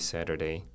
Saturday